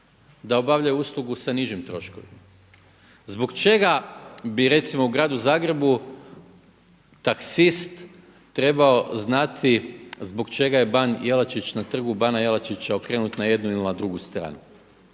da obavljaju uslugu sa nižim troškovima. Zbog čega bi recimo u gradu Zagrebu taksist trebao znati zbog čega je ban Jelačić, na trgu bana Jelačića okrenut na jednu ili na drugu stranu